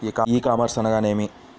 ఈ కామర్స్ అనగా నేమి?